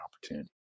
opportunity